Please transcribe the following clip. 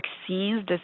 vaccines